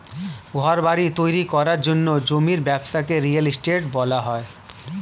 ঘরবাড়ি তৈরি করার জন্য জমির ব্যবসাকে রিয়েল এস্টেট বলা হয়